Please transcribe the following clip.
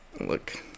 look